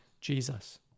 Jesus